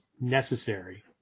necessary